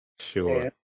Sure